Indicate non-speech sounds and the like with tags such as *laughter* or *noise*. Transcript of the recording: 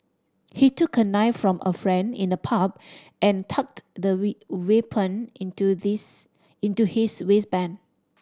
he took a knife from a friend in the pub and tucked the *unintelligible* weapon into this into his waistband